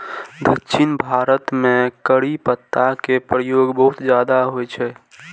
दक्षिण भारत मे करी पत्ता के प्रयोग बहुत ज्यादा होइ छै